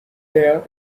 there